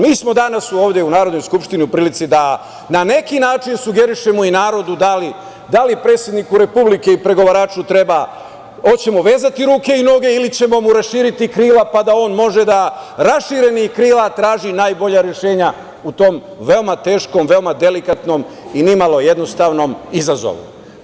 Mi smo danas ovde u Narodnoj skupštini u prilici da na neki način sugerišemo i narodu, da li predsedniku Republike i pregovaraču hoćemo vezati ruke i noge ili ćemo mu raširiti krila pa da on može da raširenih krila traži najbolja rešenja u tom veoma teškom, veoma delikatnom i nimalo jednostavnom izazovu.